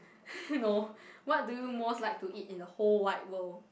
no what do you most like to eat in the whole wide world